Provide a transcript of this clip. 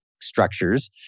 structures